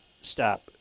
stop